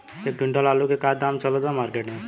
एक क्विंटल आलू के का दाम चलत बा मार्केट मे?